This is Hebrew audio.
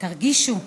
תרגישו.